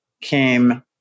came